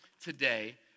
today